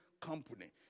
company